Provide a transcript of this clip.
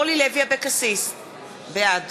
בעד